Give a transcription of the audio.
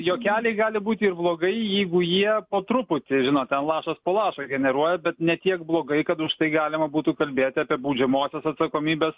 juokeliai gali būti ir blogai jeigu jie po truputį žinot ten lašas po lašo generuoja bet ne tiek blogai kad užtai galima būtų kalbėti apie baudžiamosios atsakomybės